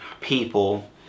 people